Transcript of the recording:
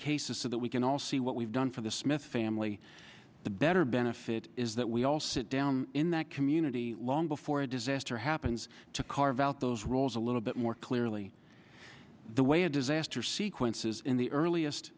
cases so that we can all see what we've done for the smith family the better benefit is that we all sit down in that community long before a disaster happens to carve out those roles a little bit more clearly the way a disaster sequences in the earliest